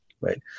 right